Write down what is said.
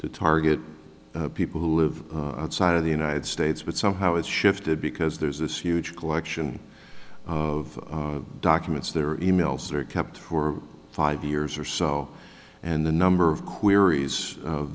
to target people who live outside of the united states but somehow it's shifted because there's this huge collection of documents their emails are kept for five years or so and the number of queries